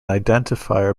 identifier